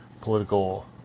political